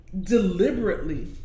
deliberately